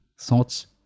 thoughts